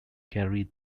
carey